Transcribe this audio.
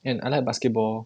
and I like basketball